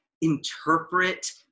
interpret